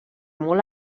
molt